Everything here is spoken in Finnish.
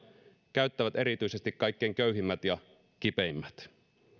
käyttävät erityisesti kaikkein köyhimmät ja kipeimmät